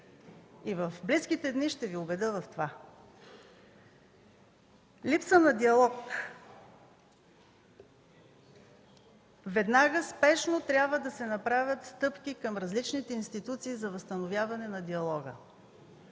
е! В близките дни ще Ви убедя в това. Липса на диалог. Веднага спешно трябва да се направят стъпки към различните институции за възстановяване на диалога.